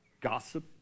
gossip